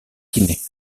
guinée